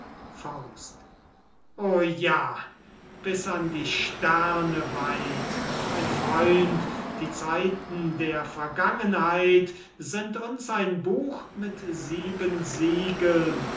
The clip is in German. gebracht o ja bis an die sterne weit mein freund die zeiten der vergangenheit sind uns ein buch mit sieben siegeln